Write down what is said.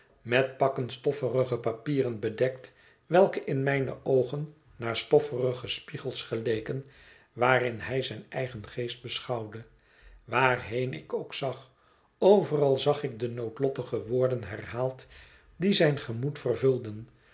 met papieren bedekt welke in mijne oogen naar stofferige spiegels geleken waarin hij zijn eigen geest beschouwde waarheen ik ook zag overal zag ik de noodlottige woorden herhaald die zijn gemoed vervulden